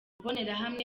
imbonerahamwe